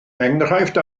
enghraifft